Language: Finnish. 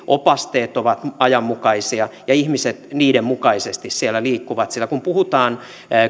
opasteet ovat ajanmukaisia ja ihmiset niiden mukaisesti siellä liikkuvat sillä kun puhutaan